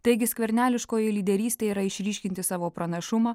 taigi skverneliškoji lyderystė yra išryškinti savo pranašumą